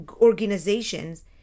organizations